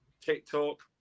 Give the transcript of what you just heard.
TikTok